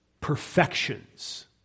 perfections